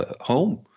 home